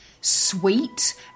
sweet